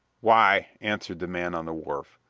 why, answered the man on the wharf,